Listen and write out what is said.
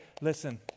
listen